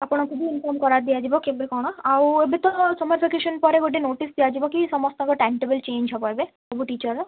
ଆପଣଙ୍କୁ ବି ଇନ୍ଫର୍ମ୍ କରାଦିଆଯିବ କେବେ କ'ଣ ଆଉ ଏବେ ତ ସମର୍ ଭେକେସନ୍ ପରେ ଗୋଟେ ନୋଟିସ୍ ଦିଆଯିବ କି ସମସ୍ତଙ୍କ ଟାଇମ୍ ଟେବୁଲ୍ ଚେଞ୍ଜ୍ ହବ ଏବେ ସବୁ ଟିଚର୍ର